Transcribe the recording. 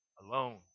alone